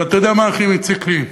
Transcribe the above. אבל אתה יודע מה הכי מציק לי?